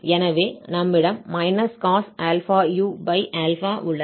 எனவே நம்மிடம் ∝u உள்ளது